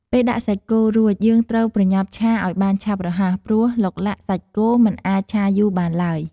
ពេលដាក់សាច់គោរួច យើងត្រូវប្រញាប់ឆាឲ្យបានឆាប់រហ័ស ព្រោះឡុកឡាក់សាច់គោមិនអាចឆាយូរបានឡើយ។